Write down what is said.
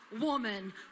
woman